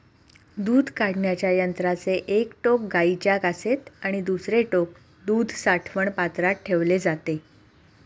दूध काढण्याच्या यंत्राचे एक टोक गाईच्या कासेत आणि दुसरे टोक दूध साठवण पात्रात ठेवले जाते